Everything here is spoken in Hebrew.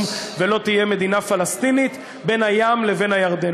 ולא תהיה מדינה פלסטינית בין הים לבין הירדן.